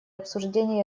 обсуждении